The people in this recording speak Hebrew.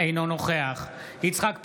אינו נוכח יצחק פינדרוס,